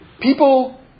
people